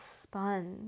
sponge